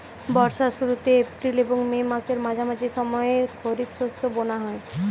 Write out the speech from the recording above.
বর্ষার শুরুতে এপ্রিল এবং মে মাসের মাঝামাঝি সময়ে খরিপ শস্য বোনা হয়